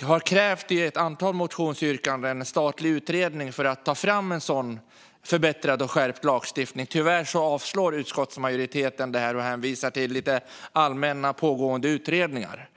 Vi har i ett antal motionsyrkanden krävt en statlig utredning för att ta fram en förbättrad och skärpt lagstiftning. Tyvärr avstyrker utskottsmajoriteten detta och hänvisar till lite allmänna pågående utredningar.